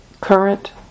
current